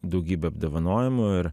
daugybę apdovanojimų ir